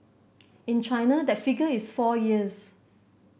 in China that figure is four years